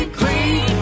clean